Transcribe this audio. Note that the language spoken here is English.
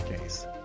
case